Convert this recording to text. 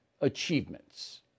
achievements